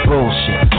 Bullshit